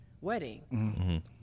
wedding